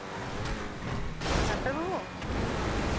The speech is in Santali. ᱰᱟᱠᱴᱚᱨ ᱵᱟᱵᱩ